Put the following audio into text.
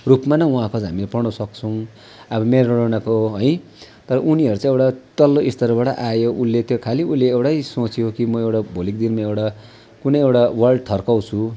रूपलाई नै उहाँहरूको हामीले पढ्नसक्छौँ अब मेरोडोनाको है तर उनीहरू चाहिँ एउटा तल्लो स्तरबाट आयो उसले त्यो खालि उसले एउटै सोच्यो कि म एउटा भोलिको दिनमा एउटा कुनै एउटा वर्ल्ड थर्काउँछु